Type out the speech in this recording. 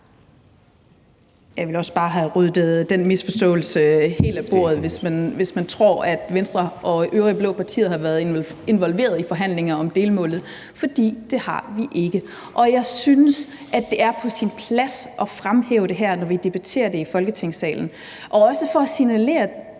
Jeg vil bare have ryddet den misforståelse helt af bordet, at man tror, at Venstre og øvrige blå partier har været involveret i forhandlinger om delmålet, for det har vi ikke. Jeg synes, at det er på sin plads at fremhæve det her, når vi debatterer det i Folketingssalen, også for at signalere